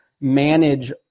manage